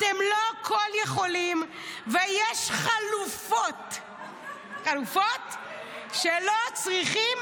אתם לא כול-יכולים ויש חלופות שלא צריכים